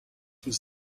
was